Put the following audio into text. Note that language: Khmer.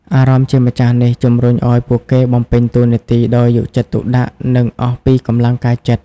អារម្មណ៍ជាម្ចាស់នេះ ជំរុញឱ្យពួកគេបំពេញតួនាទីដោយយកចិត្តទុកដាក់ និងអស់ពីកម្លាំងកាយចិត្ត។